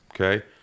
Okay